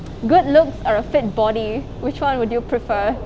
good looks or a fit body which [one] would you prefer